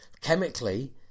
chemically